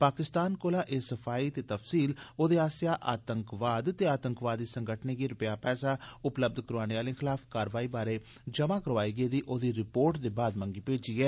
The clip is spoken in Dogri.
पाकिस्तान कोला एह् सफाई ते तफसील ओदे आसेआ आतंकवाद ते आतंकी संगठनें गी रपेया पैसा उपलब्य कराने आले खलाफ कारवाई बारै जमा करोआई गेदी रिर्पोट दे बाद मंगी भेजी ऐ